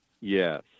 Yes